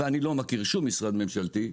ואני לא מכיר שום משרד ממשלתי,